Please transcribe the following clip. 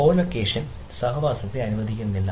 കോ location സഹവാസത്തെ അനുവദിക്കുന്നില്ല